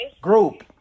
Group